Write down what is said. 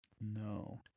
No